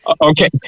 Okay